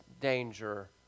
danger